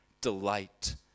delight